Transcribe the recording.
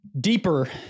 deeper